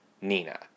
Nina